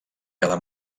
cada